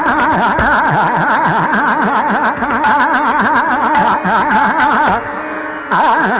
aa aa